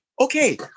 Okay